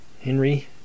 Henry